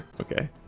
Okay